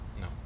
No